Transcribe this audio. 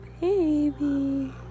baby